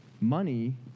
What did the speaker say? money